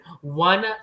one